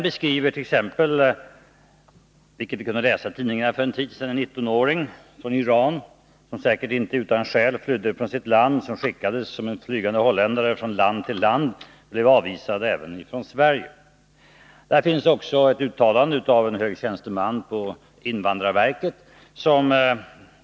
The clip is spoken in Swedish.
För en tid sedan kunde viläsa i tidningarna om en 19-åring från Iran, som säkert inte utan skäl flydde från sitt land och som skickades som en flygande holländare från land till land. Han blev avvisad även från Sverige. Vidare föreligger ett uttalande av en hög tjänsteman på invandrarverket.